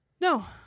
no